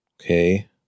Okay